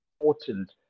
important